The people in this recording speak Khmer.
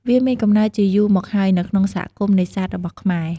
វាមានកំណើតជាយូរមកហើយ នៅក្នុងសហគមន៍នេសាទរបស់ខ្មែរ។